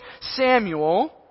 Samuel